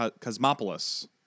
Cosmopolis